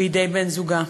בידי בן-זוגה.